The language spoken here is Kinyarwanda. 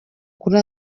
kuri